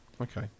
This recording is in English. okay